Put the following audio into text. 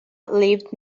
lived